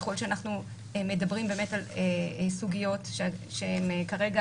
ככל שאנחנו מדברים על סוגיות שהן כרגע